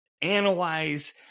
analyze